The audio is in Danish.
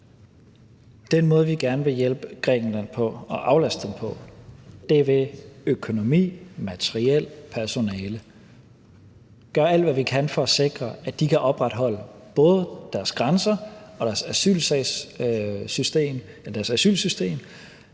Den måde, vi gerne vil hjælpe Grækenland og aflaste dem på, er ved økonomi, materiel, personale. Vi gør alt, hvad vi kan, for at sikre, at de kan opretholde både deres grænser og deres asylsystem,